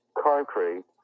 concrete